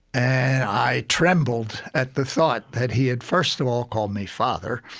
and i trembled at the thought that he had, first of all, called me father,